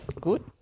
good